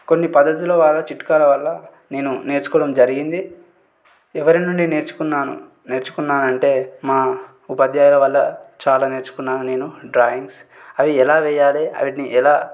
కొన్ని పద్ధతులు వల్ల చిట్కాల వల్ల నేను నేర్చుకోవడం జరిగింది ఎవరి నుండి నేర్చుకున్నాను నేర్చుకున్నాను అంటే మా ఉపాధ్యాయుల వల్ల చాలా నేర్చుకున్నాను నేను డ్రాయింగ్స్ అవి ఎలా వెయ్యాలి వీటిని ఎలా